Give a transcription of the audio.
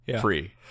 free